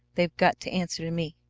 they've got to answer to me.